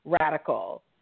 radical